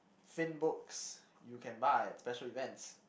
thin books you can buy at special events